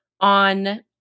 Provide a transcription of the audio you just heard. on